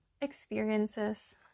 experiences